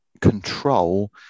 control